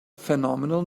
phenomenal